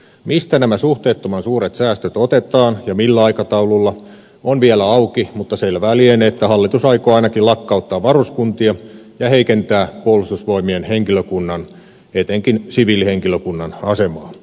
mistä nämä suhteettoman suuret säästöt otetaan ja millä aikataululla se on vielä auki mutta selvää lienee että hallitus aikoo ainakin lakkauttaa varuskuntia ja heikentää puolustusvoimien henkilökunnan etenkin siviilihenkilökunnan asemaa